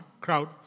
crowd